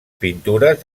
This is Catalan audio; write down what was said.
pintures